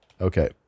Okay